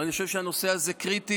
ואני חושב שהנושא הזה קריטי.